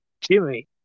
Jimmy